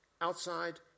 outside